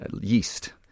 yeast